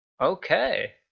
Okay